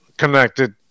Connected